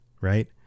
right